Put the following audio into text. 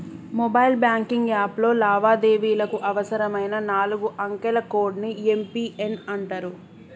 mobile banking యాప్లో లావాదేవీలకు అవసరమైన నాలుగు అంకెల కోడ్ ని యం.పి.ఎన్ అంటరు